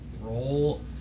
Roll